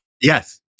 Yes